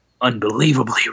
unbelievably